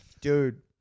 dude